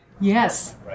Yes